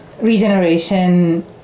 regeneration